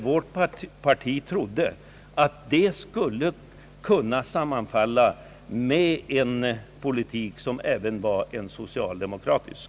Vårt parti trodde att det skulle kunna sammanfalla även med den politik som var socialdemokratisk.